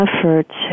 efforts